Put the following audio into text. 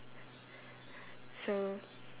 so